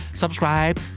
subscribe